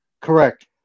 Correct